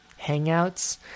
hangouts